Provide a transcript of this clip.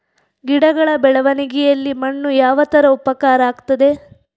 ಗಿಡಗಳ ಬೆಳವಣಿಗೆಯಲ್ಲಿ ಮಣ್ಣು ಯಾವ ತರ ಉಪಕಾರ ಆಗ್ತದೆ?